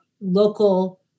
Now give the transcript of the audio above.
local